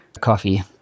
Coffee